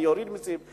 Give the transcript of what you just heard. אני אוריד מסים.